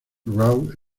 row